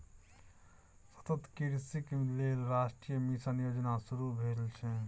सतत कृषिक लेल राष्ट्रीय मिशन योजना शुरू भेल छै